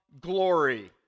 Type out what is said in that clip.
glory